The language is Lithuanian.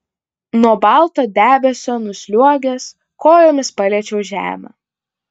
nuo balto debesio nusliuogęs kojomis paliečiau žemę